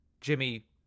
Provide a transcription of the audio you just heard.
Jimmy